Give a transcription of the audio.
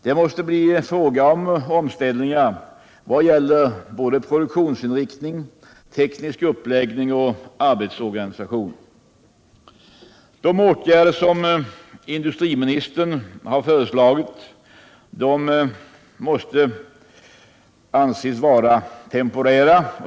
Det måste bli omställningar vad gäller såväl produktionsinriktning som teknisk uppläggning och arbetsorganisation. De åtgärder som industriministern har föreslagit måste anses vara temporära.